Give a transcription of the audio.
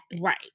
Right